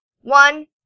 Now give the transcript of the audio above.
one